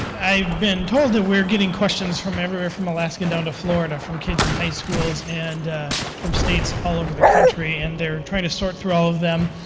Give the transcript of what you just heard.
i've been told that we're getting questions from everywhere, from alaska down to florida, from kids in high schools and from states all over the country, and they're trying to sort through all of them.